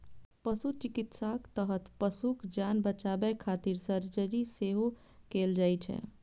पशु चिकित्साक तहत पशुक जान बचाबै खातिर सर्जरी सेहो कैल जाइ छै